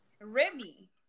Remy